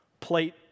plate